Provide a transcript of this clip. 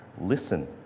listen